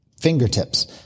fingertips